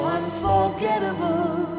unforgettable